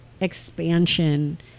expansion